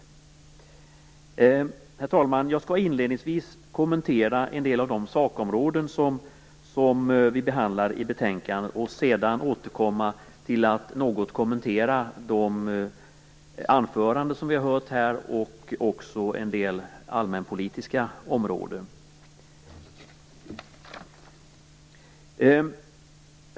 Herr talman! Jag skall inledningsvis kommentera en del av de sakområden som behandlas i betänkandet och sedan skall jag övergå till att något kommentera de anföranden som vi här har hört och också en del allmänpolitiska frågor.